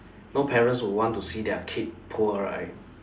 no parents will want to see their kid poor right